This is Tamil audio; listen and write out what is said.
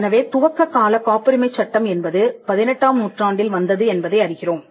எனவே துவக்க கால காப்புரிமைச் சட்டம் என்பது பதினெட்டாம் நூற்றாண்டில் வந்தது என்பதை அறிகிறோம்